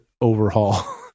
overhaul